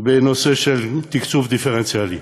בנושא של תקצוב דיפרנציאלי.